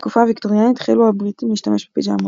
בתקופה הוויקטוריאנית החלו הבריטים להשתמש בפיג'מות.